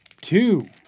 Two